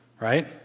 right